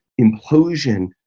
implosion